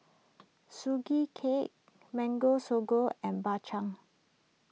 Sugee Cake Mango Sago and Bak Chang